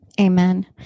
Amen